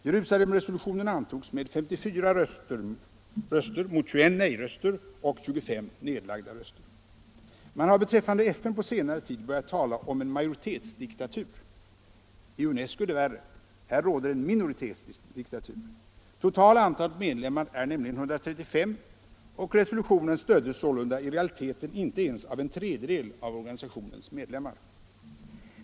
Jerusalemresolutionen antogs med 54 ja-röster mot 21 nej-röster och 25 nedlagda. Man har beträffande FN på senare tid börjat tala om en majoritetsdiktatur. I UNES CO är det värre; där råder en minoritetsdiktatur. Det totala antalet medlemmar är nämligen 135, och resolutionen stöddes sålunda i realiteten inte ens av en tredjedel av organisationens medlemmar.